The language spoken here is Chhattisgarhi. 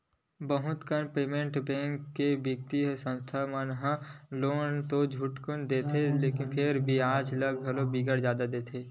बहुत कन पराइवेट बेंक के बित्तीय संस्था मन ह लोन तो झटकुन दे देथे फेर बियाज घलो बिकट जादा लेथे